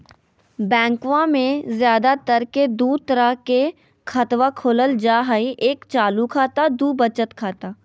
बैंकवा मे ज्यादा तर के दूध तरह के खातवा खोलल जाय हई एक चालू खाता दू वचत खाता